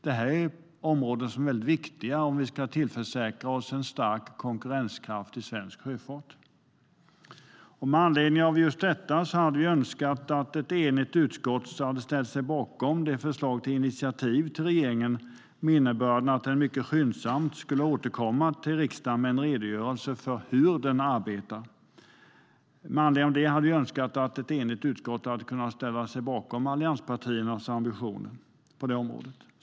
Det här är områden som är väldigt viktiga om vi ska tillförsäkra stark konkurrenskraft för svensk sjöfart. Med anledning av detta hade vi önskat att ett enigt utskott ställt sig bakom vårt förslag till utskottsinitiativ till regeringen med innebörden att regeringen mycket skyndsamt skulle återkomma till riksdagen med en redogörelse för hur den arbetar. Vi hade önskat att ett enigt utskott kunnat ställa sig bakom allianspartiernas ambition på det området.